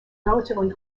relatively